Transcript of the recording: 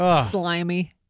slimy